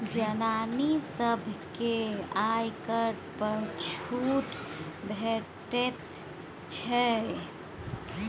जनानी सभकेँ आयकर पर छूट भेटैत छै